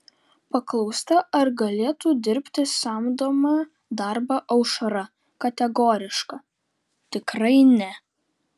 paklausta ar galėtų dirbti samdomą darbą aušra kategoriška tikrai ne